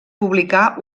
publicà